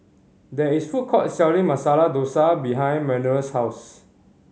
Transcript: there is a food court selling Masala Dosa behind Manuel's house